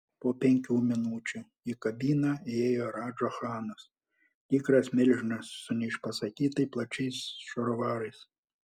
po penkių minučių į kabiną įėjo radža chanas tikras milžinas su neišpasakytai plačiais šarovarais